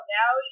now